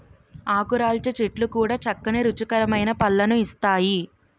ఆకురాల్చే చెట్లు కూడా చక్కని రుచికరమైన పళ్ళను ఇస్తాయి